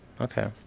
okay